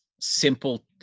simple